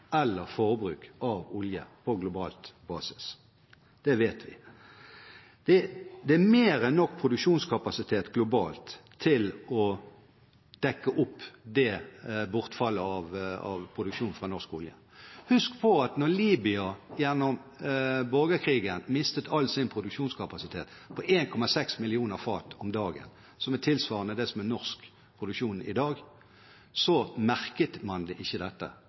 eller lavere forbruk av olje på global basis. Det vet vi. Det er mer enn nok produksjonskapasitet globalt til å dekke opp bortfallet av produksjonen fra norsk olje. Husk på at da Libya gjennom borgerkrigen mistet all sin produksjonskapasitet, 1,6 millioner fat om dagen, som tilsvarer det som er norsk produksjon i dag, merket man ikke dette på verdensmarkedet. Man merket det ikke. Dette